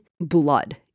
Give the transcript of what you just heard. blood